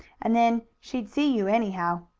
and then she'd see you anyhow.